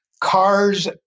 cars